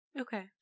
Okay